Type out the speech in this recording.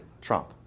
Trump